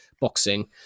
boxing